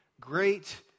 Great